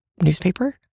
newspaper